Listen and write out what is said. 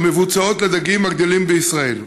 המבוצעות לדגים הגדלים בישראל.